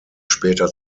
später